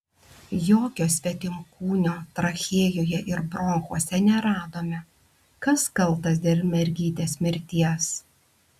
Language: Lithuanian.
jokio svetimkūnio trachėjoje ir bronchuose neradome kas kaltas dėl mergytės mirties